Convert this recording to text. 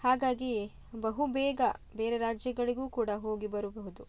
ಹಾಗಾಗಿ ಬಹುಬೇಗ ಬೇರೆ ರಾಜ್ಯಗಳಿಗೂ ಕೂಡ ಹೋಗಿ ಬರಬಹುದು